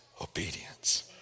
obedience